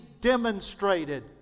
demonstrated